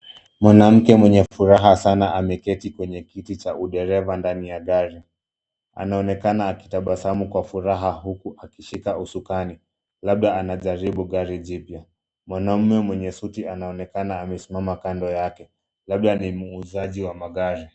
Mwanamke mwenye furaha sana ameketi kwenye kiti cha udereva ndani ya gari. Anaonekana akitabasamu kwa furaha huku akishika usukani. Labda anajaribu gari jipya. Mwanume mwenye suti anaonekana amesimama kando yake. Labda ni muuzaji wa magari.